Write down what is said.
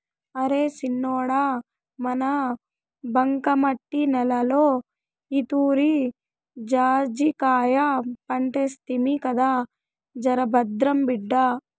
అరే సిన్నోడా మన బంకమట్టి నేలలో ఈతూరి జాజికాయ పంటేస్తిమి కదా జరభద్రం బిడ్డా